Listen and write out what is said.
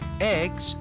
eggs